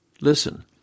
Listen